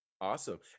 Awesome